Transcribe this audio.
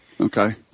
Okay